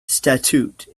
statute